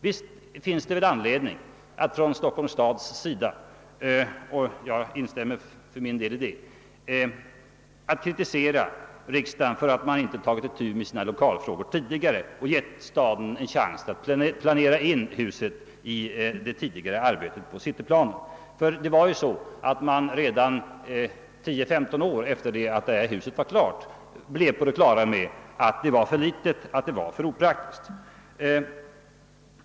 Visst finns det anledning för Stockholms stad att kritisera riksdagen — och jag instämmer för min del i det — för att den inte tagit itu med sina lokalfrågor tidigare och givit staden en en chans att planera in riksdagshuset under det tidigare arbetet på cityplanen. Redan 10—15 år efter det att detta hus var färdigt blev man på det klara med att det var för litet, att det var för opraktiskt.